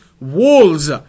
walls